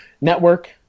network